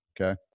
okay